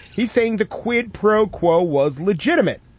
he's saying the quid pro quo was legitimate.